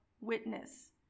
witness